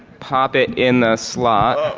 pop it in the slot.